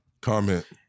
Comment